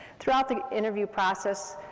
throughout the interview process,